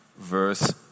verse